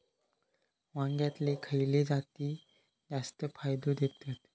वांग्यातले खयले जाती जास्त फायदो देतत?